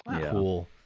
cool